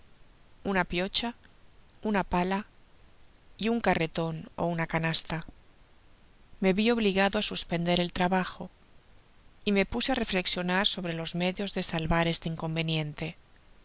una piocha una pala y un carreton ó una canasta me vi obligado á suspender el trabajo y me puse á reflexionar sobre bs medios de salvar este inconveniente